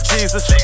Jesus